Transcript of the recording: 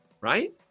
right